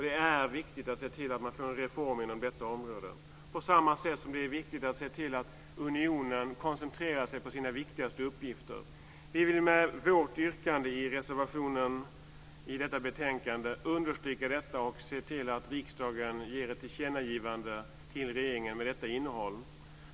Det är viktigt att se till att man får en reform inom detta område, på samma sätt som det är viktigt att se till att unionen koncentrerar sig på sina viktigaste uppgifter. Vi vill med vårt yrkande i reservationen i detta betänkande understryka detta och se till att riksdagen gör ett tillkännagivande till regeringen med detta innehåll.